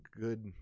good